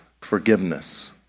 forgiveness